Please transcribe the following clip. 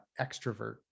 extrovert